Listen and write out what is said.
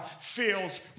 feels